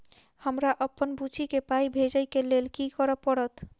हमरा अप्पन बुची केँ पाई भेजइ केँ लेल की करऽ पड़त?